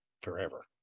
forever